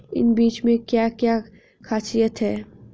इन बीज में क्या क्या ख़ासियत है?